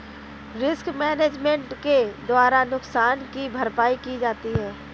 risk management के द्वारा नुकसान की भरपाई की जाती है